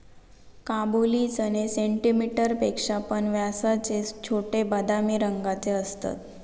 काबुली चणे सेंटीमीटर पेक्षा पण व्यासाचे छोटे, बदामी रंगाचे असतत